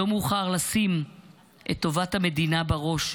לא מאוחר לשים את טובת המדינה בראש,